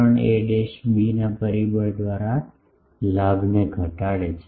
3 એબીના પરિબળ દ્વારા લાભને ઘટાડે છે